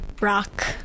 Rock